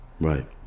right